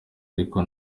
ariko